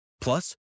Plus